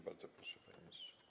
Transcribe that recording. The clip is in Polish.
Bardzo proszę, panie ministrze.